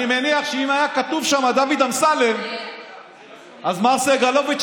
אני מניח שאם היה כתוב שם "דוד אמסלם" מר סגלוביץ'